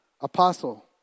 apostle